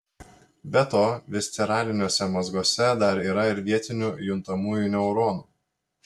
be to visceraliniuose mazguose dar yra ir vietinių juntamųjų neuronų